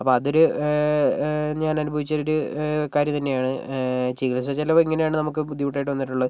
അപ്പോൾ അതൊരു ഞാൻ അനുഭവിച്ച ഒരു കാര്യം തന്നെയാണ് ചികിത്സ ചിലവ് എങ്ങനെയാണ് നമുക്ക് ബുദ്ധിമുട്ടായിട്ട് വന്നിട്ടുള്ളത്